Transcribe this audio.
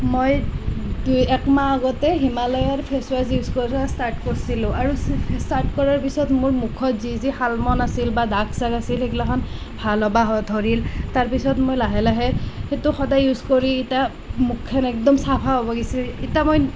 মই দুই একমাহ আগতে হিমালয়াৰ ফেচৱাছ ইউজ কৰা ষ্টাৰ্ট কৰিছিলোঁ আৰু ষ্টাৰ্ট কৰাৰ পিছত মোৰ মুখত যি যি শালমন আছিল বা দাগ চাগ আছিল সেইগিলাখন ভাল হবা ধৰিল তাৰপিছত মই লাহে লাহে সেইটো সদায় ইউজ কৰি এতিয়া মুখখন একদম চফা হৈ গৈছে এতিয়া মই